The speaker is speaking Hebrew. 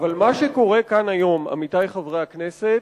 אבל, עמיתי חברי הכנסת,